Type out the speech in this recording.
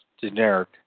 generic